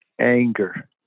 anger